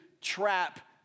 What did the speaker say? trap